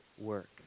work